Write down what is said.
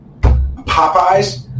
Popeyes